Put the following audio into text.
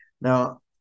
now